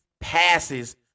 passes